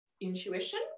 intuition